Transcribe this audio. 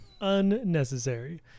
Unnecessary